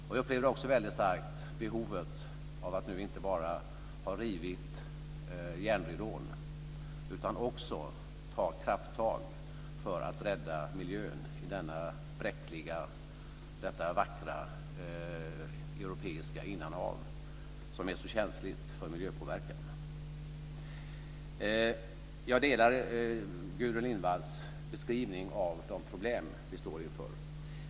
Jag upplevde också väldigt starkt behovet av att, nu när järnridån är riven, ta krafttag för att rädda miljön i detta bräckliga och vackra europeiska innanhav, som är så känsligt för miljöpåverkan. Jag instämmer i Gudrun Lindvalls beskrivning av de problem vi står inför.